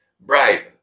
bribe